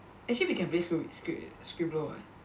actually we can play Skri~ Skri~ Skribblio eh